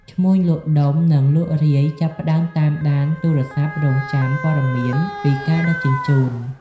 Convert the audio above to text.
ឈ្មួញលក់ដុំនិងលក់រាយចាប់ផ្តើមតាមដានទូរស័ព្ទរង់ចាំព័ត៌មានពីការដឹកជញ្ជូន។